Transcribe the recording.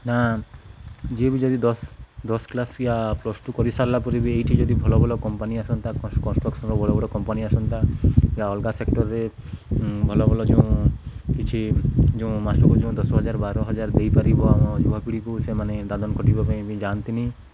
ନା ଯିଏ ବି ଯଦି ଦଶ ଦଶ କ୍ଲାସ୍ ୟା ପ୍ଲସ୍ ଟୁ କରିସାରିଲା ପରେ ବି ଏଇଠି ଯଦି ଭଲ ଭଲ କମ୍ପାନୀ ଆସନ୍ତା କନଷ୍ଟ୍ରକ୍ସନ୍ର ବଡ଼ ବଡ଼ କମ୍ପାନୀ ଆସନ୍ତା କି ଅଲଗା ସେକ୍ଟର୍ରେ ଭଲ ଭଲ ଯେଉଁ କିଛି ଯେଉଁ ମାସକୁ ଯେଉଁ ଦଶ ହଜାର ବାର ହଜାର ଦେଇପାରିବ ଆମ ଯୁବପିଢ଼ିକୁ ସେମାନେ ଦାଦନ ଖଟିବା ପାଇଁ ବି ଯାଆନ୍ତିନି